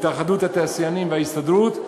התאחדות התעשיינים וההסתדרות,